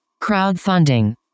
crowdfunding